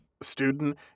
student